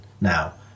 now